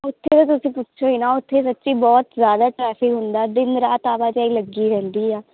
ਉਥੇ ਤੁਸੀਂ ਪੁੱਛੋ ਹੀ ਨਾ ਉਥੇ ਸੱਚੀ ਬਹੁਤ ਜਿਆਦਾ ਟਰੈਫਿਕ ਹੁੰਦਾ ਦਿਨ ਰਾਤ ਆਵਾਜਾਈ ਲੱਗੀ ਰਹਿੰਦੀ ਆ